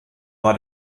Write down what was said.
war